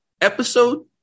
episode